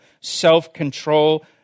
self-control